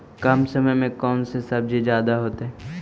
कम समय में कौन से सब्जी ज्यादा होतेई?